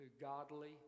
godly